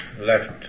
left